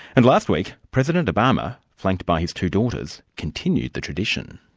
and last week, president obama, flanked by his two daughters, continued the tradition.